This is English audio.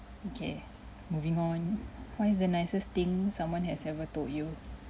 okay moving on what is the nicest thing someone has ever told you